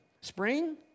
Spring